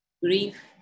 grief